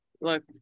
look